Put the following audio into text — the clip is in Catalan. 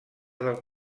del